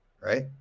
Right